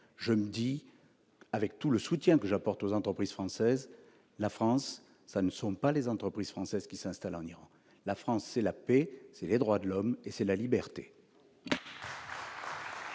Je le dis- avec tout le soutien que j'apporte aux entreprises françaises -: la France, ce ne sont pas les entreprises qui s'installent en Iran ; la France, c'est la paix, les droits de l'homme et la liberté